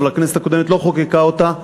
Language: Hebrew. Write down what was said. אבל הכנסת הקודמת לא חוקקה אותה.